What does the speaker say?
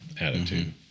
attitude